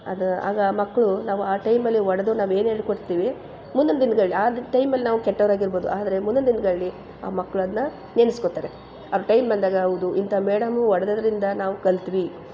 ಅದ ಆಗ ಮಕ್ಕಳು ನಾವು ಆ ಟೈಮಲ್ಲಿ ಹೊಡ್ದು ನಾವು ಏನು ಹೇಳ್ಕೊಡ್ತೀವಿ ಮುಂದಿನ ದಿನಗಳಲ್ಲಿ ಆದು ಟೈಮಲ್ಲಿ ನಾವು ಕೆಟ್ಟವರಾಗಿರ್ಬೋದು ಆದರೆ ಮುಂದಿನ ದಿನಗಳಲ್ಲಿ ಆ ಮಕ್ಳು ಅದನ್ನ ನೆನ್ಸ್ಕೊಳ್ತಾರೆ ಅವ್ರ ಟೈಮ್ ಬಂದಾಗ ಹೌದು ಇಂಥ ಮೇಡಮು ಒಡೆದಿದ್ರಿಂದ ನಾವು ಕಲಿತ್ವಿ